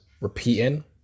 repeating